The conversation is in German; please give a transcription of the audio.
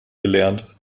gelernt